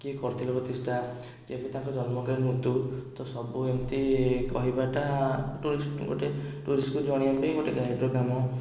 କିଏ କରିଥିଲେ ପ୍ରତିଷ୍ଠା କେବେ ତାଙ୍କ ଜନ୍ମ କେବେ ମୃତ୍ୟୁ ତ ସବୁ ଏମିତି କହିବା ଟା ଟୁରିଷ୍ଟ୍ ଗୋଟେ ଟୁରିଷ୍ଟକୁ ଜଣେଇବା ପାଇଁ ଗୋଟେ ଗାଇଡ଼ର କାମ